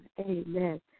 Amen